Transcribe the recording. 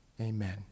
Amen